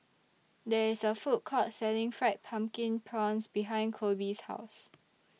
There IS A Food Court Selling Fried Pumpkin Prawns behind Koby's House